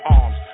arms